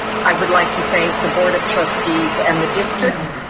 i would like to thank the board of trustees and the district,